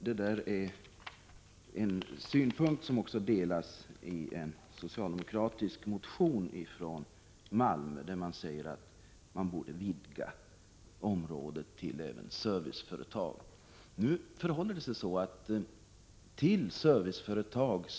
Det är en synpunkt som delas av de socialdemokratiska motionärer från Malmö som har väckt en motion, där det sägs att området borde vidgas till serviceföretag.